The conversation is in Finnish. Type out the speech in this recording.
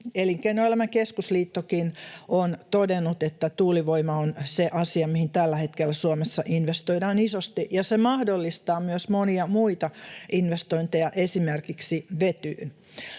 Elinkeinoelämän keskusliittokin on todennut, että tuulivoima on se asia, mihin tällä hetkellä Suomessa investoidaan isosti, ja se mahdollistaa myös monia muita investointeja, esimerkiksi vetyyn.